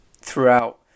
throughout